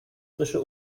frische